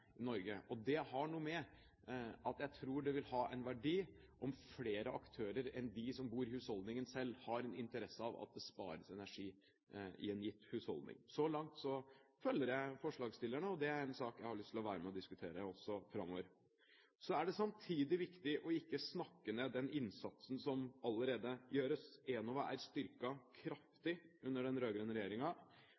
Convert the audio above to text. Det har noe å gjøre med at jeg tror det vil ha en verdi om flere aktører enn de som bor i husholdningen selv, har en interesse av at det spares energi i en gitt husholdning. Så langt følger jeg forslagsstillerne, og det er en sak jeg har lyst til å være med og diskutere også framover. Så er det samtidig viktig ikke å snakke ned den innsatsen som allerede gjøres. Enova er